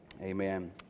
Amen